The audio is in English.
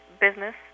business